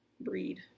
breed